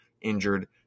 injured